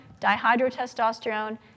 dihydrotestosterone